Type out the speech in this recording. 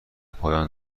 پایان